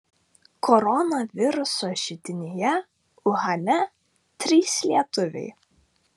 koronaviruso židinyje uhane trys lietuviai